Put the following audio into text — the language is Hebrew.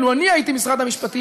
ולו אני הייתי משרד המשפטים,